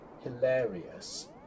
hilarious